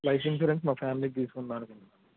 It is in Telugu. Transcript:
లైఫ్ ఇన్సూరెన్స్ మా ఫ్యామిలీకి తీసుకుందాం అని